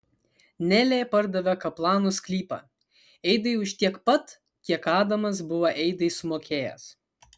nelė pardavė kaplanų sklypą eidai už tiek pat kiek adamas buvo eidai sumokėjęs